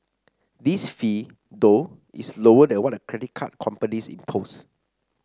this fee though is lower than what the credit card companies impose